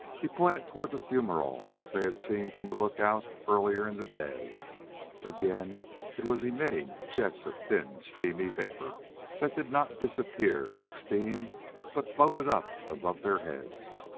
he pointed toward the fumerole they had seen from the lookout earlier in the day again it was emitting jets of thin, steamy vapor that did not disappear like steam but floated up above their heads.